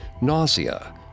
nausea